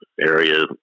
area